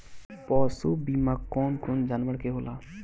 पशु बीमा कौन कौन जानवर के होला?